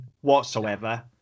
whatsoever